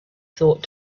thought